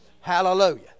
Hallelujah